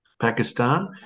pakistan